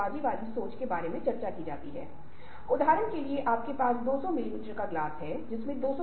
और जब हम व्यक्तित्व के बारे में बात करते हैं तो व्यक्तित्व में हमारे संचार व्यवहार सहित कई चीजें होती हैं